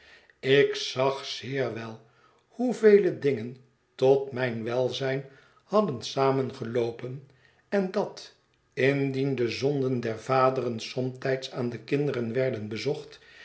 ik zag zeer wel hoevele dingen tot mijn welzijn hadden samengeloopen en dat indien de zonden der vaderen somtijds aan de kinderen werden bezocht